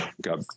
got